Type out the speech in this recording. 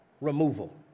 removal